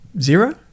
zero